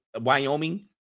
Wyoming